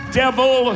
devil